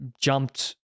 jumped